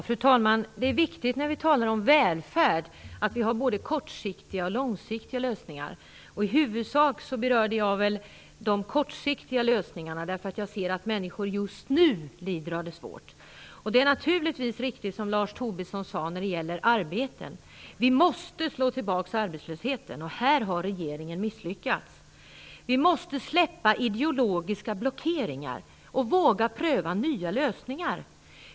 Fru talman! När vi talar om välfärd är det viktigt att vi har både kort och långsiktiga lösningar. I huvudsak berörde jag de kortsiktiga lösningarna i mitt anförande. Jag ser nämligen att människor lider och har det svårt just nu. De är naturligtvis riktigt, som Lars Tobisson sade, att vi måste slå tillbaka arbetslösheten. Här har regeringen misslyckats. Vi måste släppa ideologiska blockeringar och våga pröva nya lösningar.